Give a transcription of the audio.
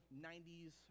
90s